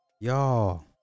Y'all